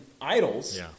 idols